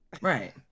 Right